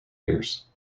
years